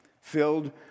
filled